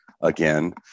again